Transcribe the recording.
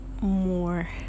more